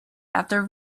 after